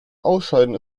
ausscheiden